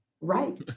Right